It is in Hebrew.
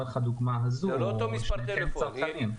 שניכם צרכנים.